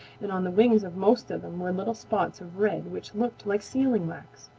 and on the wings of most of them were little spots of red which looked like sealing-wax,